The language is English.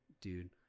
dude